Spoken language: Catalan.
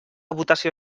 votació